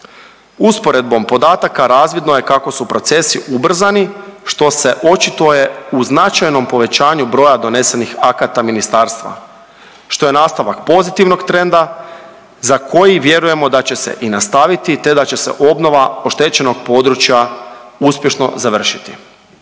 Usporedbom podataka razvidno je kako su procesi ubrzani što se očituje u značajnom povećanju broja donesenih akata ministarstvo što je nastavak pozitivnog trenda za koji vjerujemo da će se i nastaviti te da će se obnova oštećenog područja uspješno završiti.